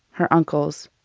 her uncles.